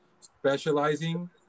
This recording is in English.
specializing